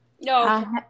no